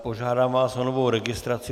Požádám vás o novou registraci.